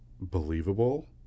believable